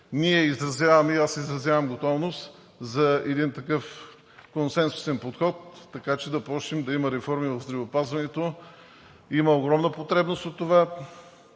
група на ДПС изразяваме готовност за един такъв консенсусен подход, така че да има реформи в здравеопазването. Има огромна потребност от това.